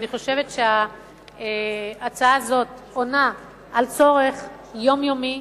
אני חושבת שההצעה הזאת עונה על צורך יומיומי